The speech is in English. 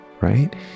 right